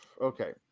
okay